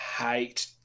hate